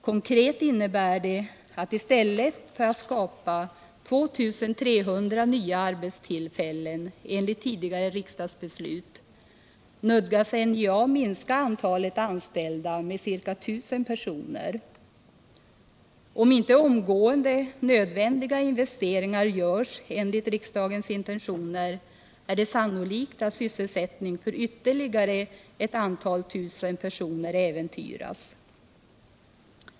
Konkret innebär det att NJA i stället för att enligt tidigare riksdagsbeslut kunna skapa 2 300 nya arbetstillfällen nödgas minska antalet anställda med ca 1000 personer. Om inte nödvändiga investeringar görs omgående i enlighet med riksdagens intentioner, är det sannolikt att sysselsättning för ytterligare ett antal tusen personer äventyras.